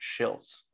shills